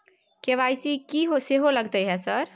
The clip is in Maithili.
के.वाई.सी की सेहो लगतै है सर?